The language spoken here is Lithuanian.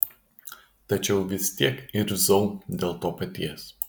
tačiau vis tiek irzau dėl to paties